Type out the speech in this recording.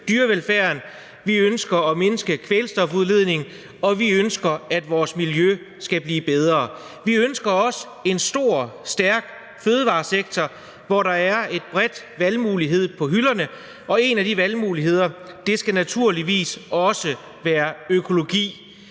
dyrevelfærden, vi ønsker at mindske kvælstofudledningen, og vi ønsker, at vores miljø skal blive bedre. Vi ønsker også en stor, stærk fødevaresektor, hvor der er mange valgmuligheder på hylderne, og en af de valgmuligheder skal naturligvis også være økologi.